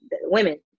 women